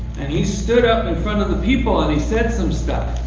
and he stood up in front of the people and he said some stuff.